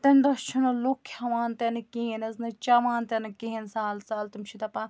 تَمہِ دۄہ چھِ نہٕ لوٗکھ کھیٚوان تہِ نہٕ کِہیٖنۍ حظ نَہ چیٚوان تہِ نہٕ کِہیٖنۍ سہل سہل تِم چھِ دَپان